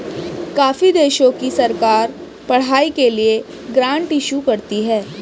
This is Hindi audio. काफी देशों की सरकार पढ़ाई के लिए ग्रांट इशू करती है